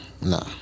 nah